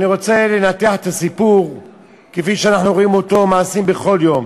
אני רוצה לנתח את הסיפור כפי שאנחנו רואים אותו נעשה בכל יום.